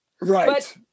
Right